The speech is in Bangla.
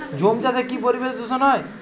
ঝুম চাষে কি পরিবেশ দূষন হয়?